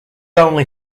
only